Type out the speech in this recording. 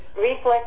Reflex